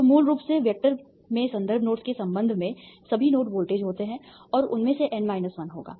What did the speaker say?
तो मूल रूप से वेक्टर में संदर्भ नोड्स के संबंध में सभी नोड वोल्टेज होते हैं और उनमें से n 1 होगा